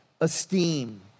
esteem